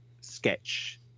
sketch